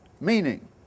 meaning